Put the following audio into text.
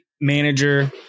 manager